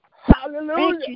Hallelujah